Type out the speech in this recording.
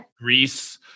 Greece